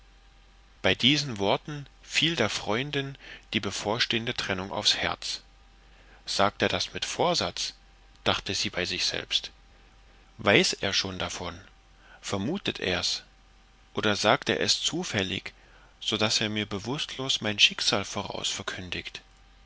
bei diesen worten fiel der freundin die bevorstehende trennung aufs herz sagt er das mit vorsatz dachte sie bei sich selbst weiß er schon davon vermutet ers oder sagt er es zufällig so daß er mir bewußtlos mein schicksal vorausverkündigt